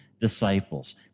disciples